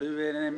תלוי בעיניי מי.